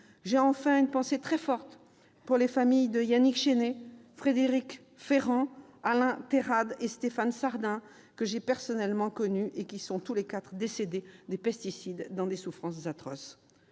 J'ai, enfin, une pensée très forte pour les familles de Yannick Chesnais, de Frédéric Ferrand, d'Alain Terrade et de Stéphane Sardin, que j'ai personnellement connus et qui sont tous les quatre décédés, victimes des pesticides, dans des souffrances atroces.